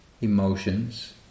emotions